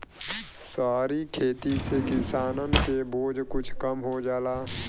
सहरी खेती से किसानन के बोझ कुछ कम हो जाला